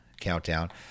countdown